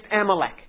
Amalek